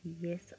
Yes